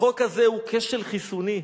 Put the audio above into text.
הוא כשל חיסוני.